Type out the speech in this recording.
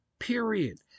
period